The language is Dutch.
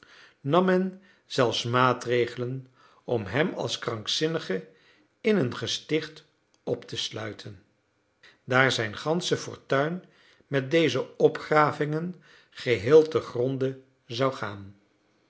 men zelfs maatregelen om hem als krankzinnige in een gesticht op te sluiten daar zijn gansche fortuin met deze opgravingen geheel te gronde zou gaan